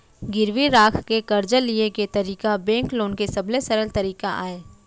गिरवी राख के करजा लिये के तरीका बेंक लोन के सबले सरल तरीका अय